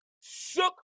shook